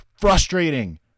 frustrating